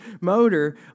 motor